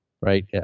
right